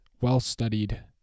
well-studied